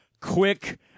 quick